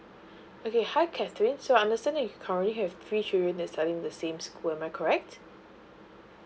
okay hi catherine so I understand that you currently have three children that studying in the same school am I correct